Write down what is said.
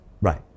Right